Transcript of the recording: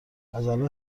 ازالان